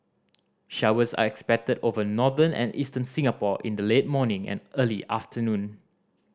showers are expected over northern and eastern Singapore in the late morning and early afternoon